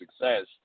success